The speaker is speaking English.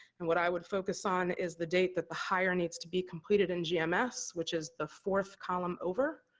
and what i would focus on is the date that the hire needs to be completed in gms which is the forth column over